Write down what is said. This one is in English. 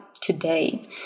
today